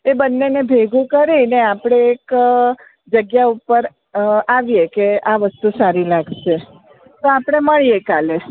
એ બંનેને ભેગું કરી અને આપણે એક જગ્યા ઉપર આવીએ કે આ વસ્તુ સારી લાગશે તો આપણે મળીએ કાલે